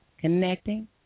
connecting